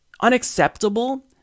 unacceptable